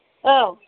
औ